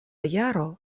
jaro